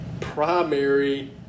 primary